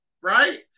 right